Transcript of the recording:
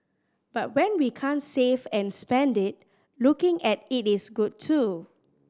but when we can't save and spend it looking at it is good too